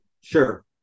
Sure